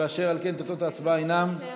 אשר על כן, תוצאות ההצבעה הן 14,